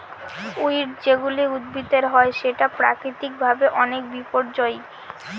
weed যেগুলা উদ্ভিদের হয় সেটা প্রাকৃতিক ভাবে অনেক বিপর্যই